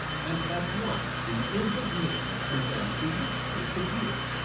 and at once the imp of mischief began to whisper to peter.